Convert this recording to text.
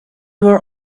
were